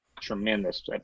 tremendous